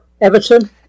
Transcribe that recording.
Everton